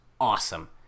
awesome